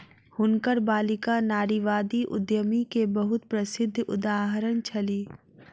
हुनकर बालिका नारीवादी उद्यमी के बहुत प्रसिद्ध उदाहरण छली